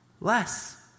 less